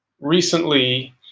recently